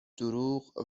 دروغ